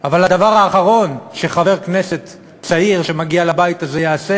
אבל הדבר האחרון שחבר כנסת צעיר שמגיע לבית הזה יעשה